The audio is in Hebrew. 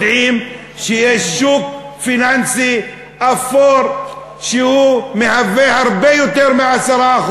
יודעים שיש שוק פיננסי אפור שהוא הרבה יותר מ-10%.